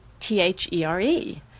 T-H-E-R-E